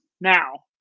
Now